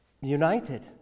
united